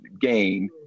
game